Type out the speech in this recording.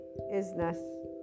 isness